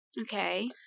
Okay